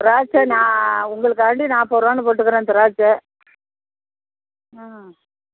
திராட்சை நான் உங்களுக்காண்டி நாற்பது ரூபான்னு போட்டுக்கிறேன் திராட்சை ஆ